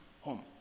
home